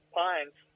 pines